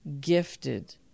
gifted